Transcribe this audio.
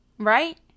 right